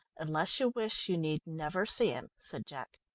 unless you wish, you need never see him, said jack.